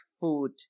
food